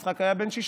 יצחק היה בן 60,